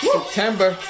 September